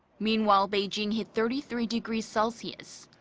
meanwhile, beijing hit thirty three degrees celsius.